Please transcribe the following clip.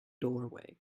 doorway